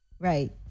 Right